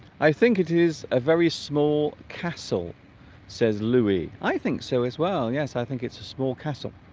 i think it is a very small castle says louis i think so as well yes i think it's a small castle